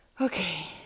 okay